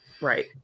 Right